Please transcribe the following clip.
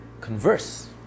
converse